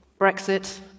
Brexit